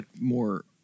more